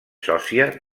sòcia